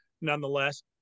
nonetheless